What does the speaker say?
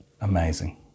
amazing